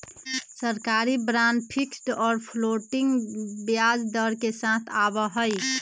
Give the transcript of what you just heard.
सरकारी bond fixed और floating ब्याज दर के साथ आवा हई